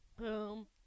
Boom